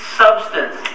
substance